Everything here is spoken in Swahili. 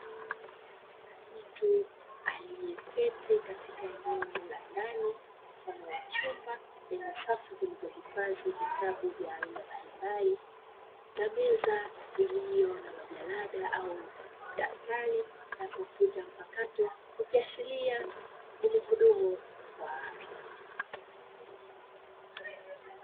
Mtu aliyeketi katika eneo la ndani mfano wa chumba lenye safu zilizohifadhi vitabu vya aina mbalimbali, na meza ilyo na majalada au madaftari na kompyuta mpakato, ikiashiria ni mhudumu wa afya;